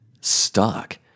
stuck